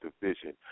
division